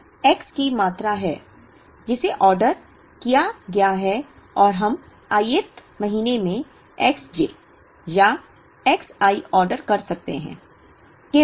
X की मात्रा है जिसे ऑर्डर किया गया है और हम i th महीने में X j या X i ऑर्डर कर सकते हैं